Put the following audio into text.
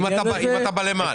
אם אתה בחלק למעלה.